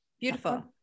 Beautiful